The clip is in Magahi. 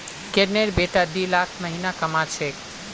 किरनेर बेटा दी लाख महीना कमा छेक